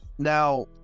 now